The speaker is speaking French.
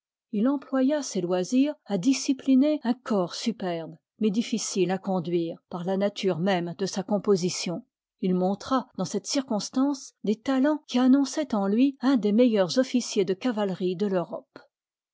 il employa ses loisirs à discipliner un corps superbe mais difficile à conduire par la nature même de sa composition il montra dans cette circonstance des talens qui annonçoient en lui un des meilleurs officiers de cavalerie de l'europe